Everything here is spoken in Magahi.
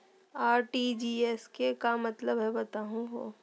आर.टी.जी.एस के का मतलब हई, बताहु हो?